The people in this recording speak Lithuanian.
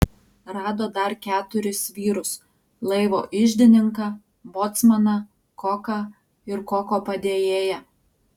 rado dar keturis vyrus laivo iždininką bocmaną koką ir koko padėjėją